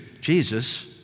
Jesus